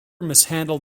mishandled